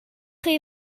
chi